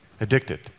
Addicted